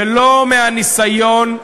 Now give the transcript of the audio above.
ולא מהניסיון,